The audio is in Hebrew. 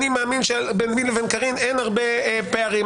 אני מאמין שביני לבין קארין אין הרבה פערים.